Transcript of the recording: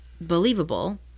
believable